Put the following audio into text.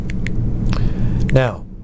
now